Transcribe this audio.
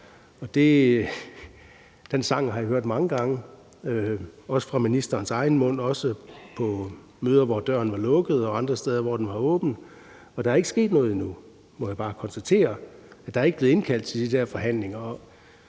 og den sang har vi hørt mange gange, også fra ministerens egen mund; også på møder, hvor døren var lukket, og andre steder, hvor den var åben. Og der er ikke sket noget endnu, må jeg bare konstatere. Der er ikke blevet indkaldt til de der forhandlinger.